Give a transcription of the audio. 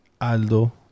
Aldo